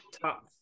top